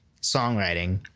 songwriting